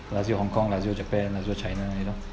lazio hong kong lazio japan lazio china you know